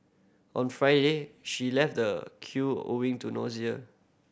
on Friday she left the queue owing to nausea